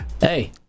Hey